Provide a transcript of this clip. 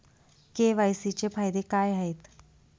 KYC चे फायदे काय आहेत?